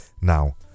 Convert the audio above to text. now